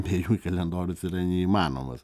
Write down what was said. be jų kalendorius yra neįmanomas